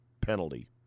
penalty